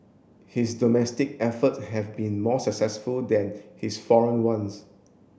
his domestic efforts have been more successful than his foreign ones